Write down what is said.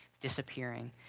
disappearing